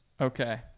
Okay